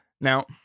Now